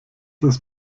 ist